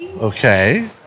Okay